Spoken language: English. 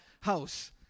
house